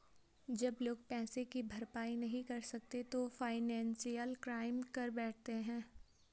जब लोग पैसे की भरपाई नहीं कर सकते वो फाइनेंशियल क्राइम कर बैठते है